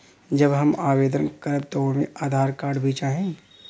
जब हम आवेदन करब त ओमे आधार कार्ड भी चाही?